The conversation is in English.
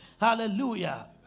Hallelujah